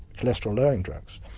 cholesterol lowering drugs.